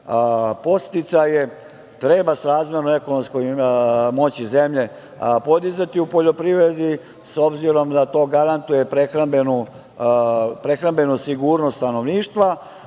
itd. Podsticaje treba srazmerno ekonomskoj moći zemlje podizati u poljoprivredi, obzirom da to garantuje prehrambenu sigurnost stanovništva,